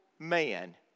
Man